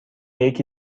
یکی